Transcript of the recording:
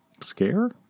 scare